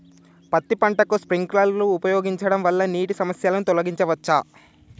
పత్తి పంటకు స్ప్రింక్లర్లు ఉపయోగించడం వల్ల నీటి సమస్యను తొలగించవచ్చా?